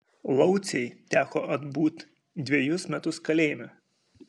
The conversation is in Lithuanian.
laucei teko atbūt dvejus metus kalėjime